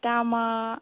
दामा